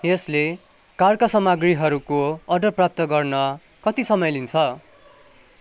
यसले कारका समाग्रीहरूको अर्डर प्राप्त गर्न कति समय लिन्छ